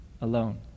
alone